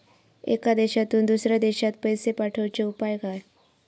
एका देशातून दुसऱ्या देशात पैसे पाठवचे उपाय काय?